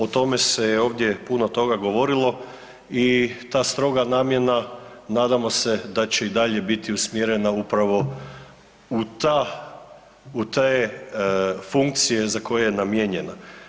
O tome se je ovdje puno toga govorilo i ta stroga namjena nadamo se da će i dalje biti usmjerena upravo u te funkcije za koje je namijenjena.